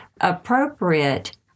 appropriate